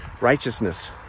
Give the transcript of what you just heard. Righteousness